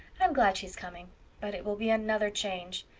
i'm glad she's coming but it will be another change.